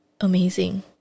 amazing